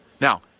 Now